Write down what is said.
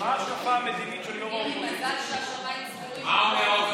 מה ההשקפה המדינית של יו"ר האופוזיציה?